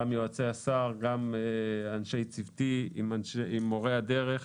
גם יועצי השר, גם אנשי צוותי עם מורי הדרך.